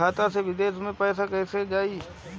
खाता से विदेश मे पैसा कईसे जाई?